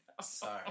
Sorry